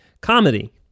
comedy